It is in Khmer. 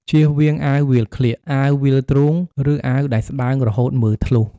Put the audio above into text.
ជៀសវាងអាវវាលក្លៀក អាវវាលទ្រូង ឬអាវដែលស្តើងរហូតមើលធ្លុះ។